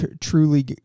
Truly